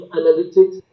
analytics